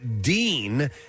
dean